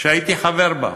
שהייתי חבר בה.